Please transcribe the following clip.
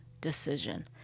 decision